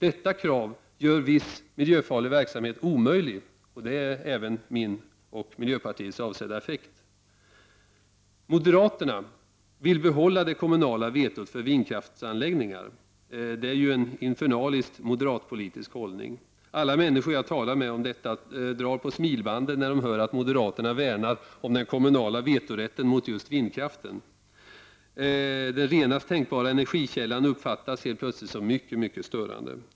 Ett sådant krav gör viss miljöfarlig verksamhet omöjlig — och det är den avsedda effekten, som jag och övriga i miljöpartiet ser på detta. Moderaterna vill behålla det kommunala vetot för vindkraftsanläggningar, och det är en infernalisk moderatpolitisk hållning. Alla människor som jag har talat med om detta drar på smilbanden när de hör att moderaterna värnar om den kommunala vetorätten, mot just vindkraften. Den renaste tänkbara energikällan uppfattas helt plötsligt som oerhört störande.